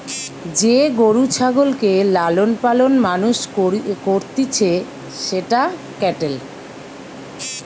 যে গরু ছাগলকে লালন পালন মানুষ করতিছে সেটা ক্যাটেল